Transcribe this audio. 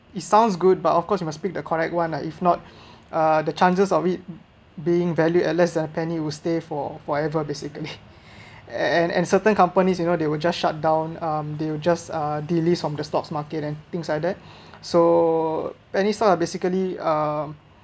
it sounds good but of course you must pick the correct one lah if not uh the chances of it being valued at less than a penny will stay for forever basically and and certain companies you know they will just shutdown um they will just uh delays from the stocks market and things like that so penny stock are basically uh